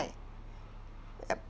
yup